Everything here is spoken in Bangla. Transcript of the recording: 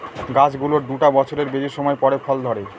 গাছ গুলোর দুটা বছরের বেশি সময় পরে ফল ধরে